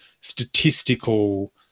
statistical